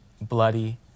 Bloody